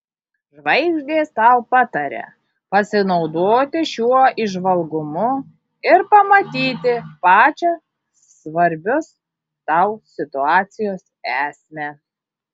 žvaigždės tau pataria pasinaudoti šiuo įžvalgumu ir pamatyti pačią svarbios tau situacijos esmę